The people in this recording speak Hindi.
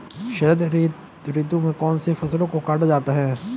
शरद ऋतु में कौन सी फसलों को काटा जाता है?